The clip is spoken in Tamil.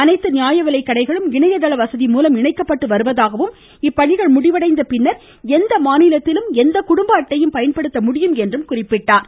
அனைத்து நியாய விலைக்கடைகளும் இணையதள வசதி மூலம் இணைக்கப்பட்டு வருவதாகவும் இப்பணிகள் முடிவடைந்த பின்னா் எந்த மாநிலத்திலும் எந்த குடும்ப அட்டையையும் பயன்படுத்த முடியும் என்றும் அவர் தெரிவித்தார்